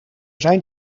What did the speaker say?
zijn